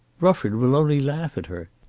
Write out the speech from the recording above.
rufford will only laugh at her.